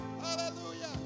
Hallelujah